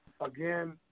Again